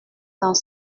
dans